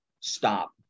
stop